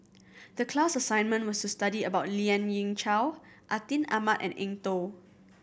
the class assignment was to study about Lien Ying Chow Atin Amat and Eng Tow